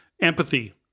Empathy